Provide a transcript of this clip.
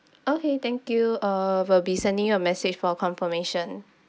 okay thank you uh will be sending you a message for confirmation